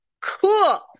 cool